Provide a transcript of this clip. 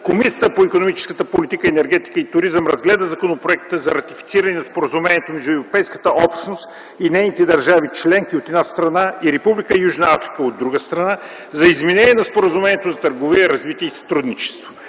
Комисията по икономическата политика, енергетика и туризъм разгледа Законопроекта за ратифициране на Споразумението между Европейската общност и нейните държави членки, от една страна, и Република Южна Африка, от друга страна, за изменение на Споразумението за търговия, развитие и сътрудничество.